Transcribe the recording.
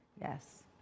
yes